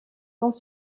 sans